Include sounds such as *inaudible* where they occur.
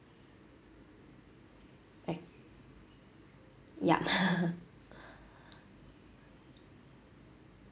I yup *laughs*